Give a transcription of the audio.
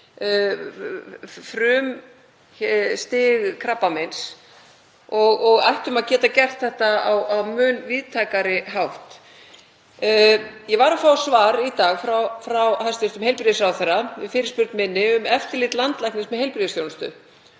frumstig krabbameins, og við ættum að geta gert þetta á mun víðtækari hátt. Ég var að fá svar í dag frá hæstv. heilbrigðisráðherra við fyrirspurn minni um eftirlit landlæknis með heilbrigðisþjónustu.